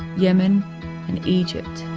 yemen and egypt.